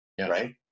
Right